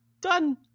done